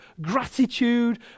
gratitude